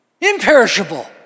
imperishable